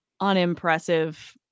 unimpressive